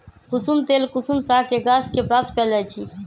कुशुम तेल कुसुम सागके गाछ के प्राप्त कएल जाइ छइ